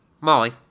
Molly